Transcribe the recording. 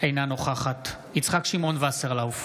אינה נוכחת יצחק שמעון וסרלאוף,